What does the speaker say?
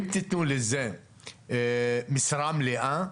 אם תתנו לזה משרה מלאה,